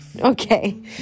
Okay